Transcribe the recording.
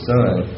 Son